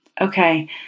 okay